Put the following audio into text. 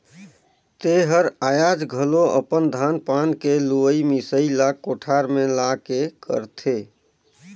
तेहर आयाज घलो अपन धान पान के लुवई मिसई ला कोठार में लान के करथे